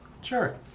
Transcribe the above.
Sure